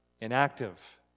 inactive